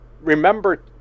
remember